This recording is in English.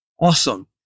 Awesome